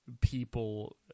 people